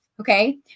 okay